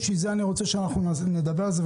בגלל זה אני רוצה שנדבר על זה,